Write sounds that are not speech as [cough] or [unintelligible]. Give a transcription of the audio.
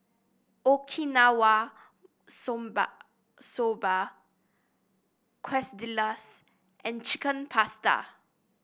Okinawa [unintelligible] Soba Quesadillas and Chicken Pasta